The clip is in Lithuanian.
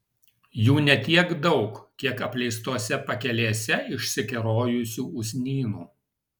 jų ne tiek daug kiek apleistose pakelėse išsikerojusių usnynų